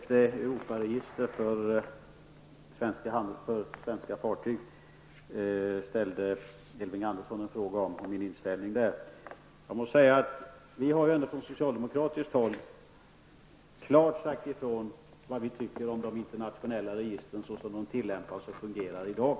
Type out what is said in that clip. Fru talman! Elving Andersson ställde en fråga om min inställning till ett Europaregister för svenska fartyg. Vi socialdemokrater har klart uttalat vad vi tycker om de internationella registren som de fungerar i dag.